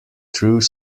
through